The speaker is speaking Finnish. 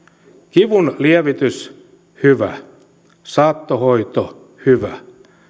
kivunlievitys hyvä saattohoito hyvä